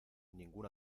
ningún